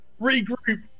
regroup